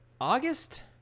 August